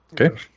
Okay